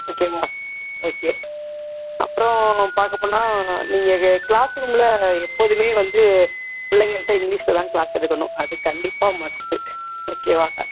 ஓகேங்களா ஓகே அப்புறம் பார்க்க போனால் நீங்கள் க்ளாஸ் ரூமில் எப்போதுமே வந்து பிள்ளைங்கள்ட்ட இங்கிலிஷில்தான் க்ளாஸ் எடுக்கணும் அது கண்டிப்பாக மஸ்ட்டு ஓகேவா